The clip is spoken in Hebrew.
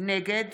נגד